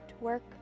work